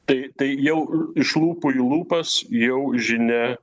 tai tai jau iš lūpų į lūpas jau žinia